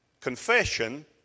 confession